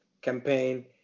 campaign